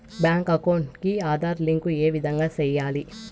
Bank account కి Aadhaar link ఏ విధంగా సెయ్యాలి?